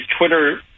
Twitter